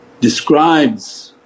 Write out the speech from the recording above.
describes